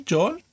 John